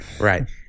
right